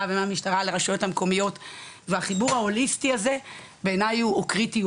ומהמשטרה לרשויות המקומיות והחיבור ההוליסטי הזה בעיני הוא קריטי,